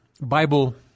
Bible